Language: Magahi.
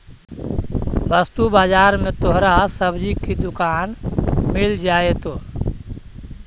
वस्तु बाजार में तोहरा सब्जी की दुकान मिल जाएतो